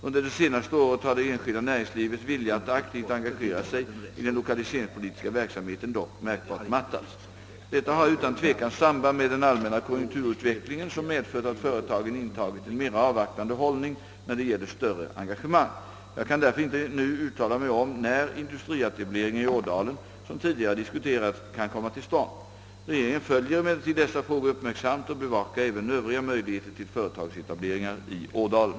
Under det senaste året har det enskilda näringslivets vilja att aktivt engagera sig i den lokaliseringspolitiska verksamheten dock märkbart mattats. Detta har utan tvivel samband med den allmänna konjunkturutvecklingen, som medfört att företagen intagit en mera avvaktande hållning när det gäller större engagemang. Jag kan därför inte nu uttala mig om när industrietableringar i Ådalen, som tidigare diskuterats, kan komma till stånd. Regeringen följer emellertid dessa frågor uppmärksamt och bevakar även övriga möjligheter till företagsetableringar i Ådalen.